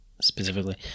specifically